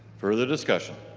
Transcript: further discussion?